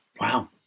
Wow